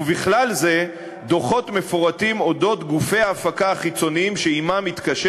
ובכלל זה דוחות מפורטים על אודות גופי ההפקה החיצוניים שעמם מתקשר